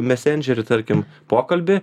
mesendžerį tarkim pokalbį